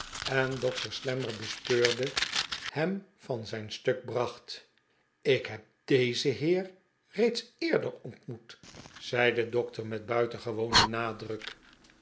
en dokter slammer bespeurde hem van zijn stuk bracht ik heb d e z e n heer reeds eerderontmoet zei de dokter met buitengewonen nadruk